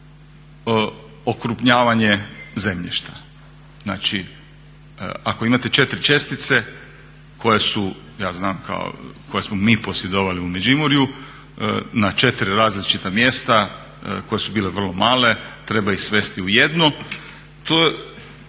okrupnjavanje zemljišta, znači ako imate 4 čestice koje su ja znam koje smo mi posjedovali u Međimurju na četiri različita mjesta koje su bile vrlo male treba ih svesti u jednu i nekom